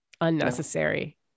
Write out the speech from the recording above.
unnecessary